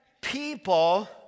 people